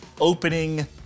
opening